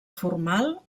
formal